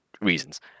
reasons